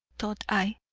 thought i,